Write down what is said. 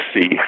see